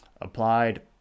applied